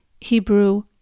Hebrew